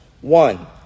one